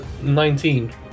19